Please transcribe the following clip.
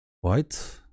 white